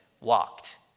walked